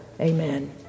Amen